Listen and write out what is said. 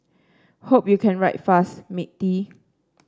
hope you can write fast matey